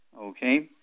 okay